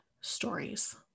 stories